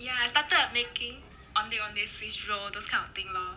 ya I started making ondeh ondeh swiss roll those kind of thing lor